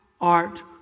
art